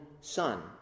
son